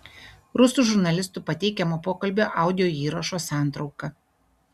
rusų žurnalistų pateikiamo pokalbio audio įrašo santrauka